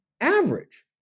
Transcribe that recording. average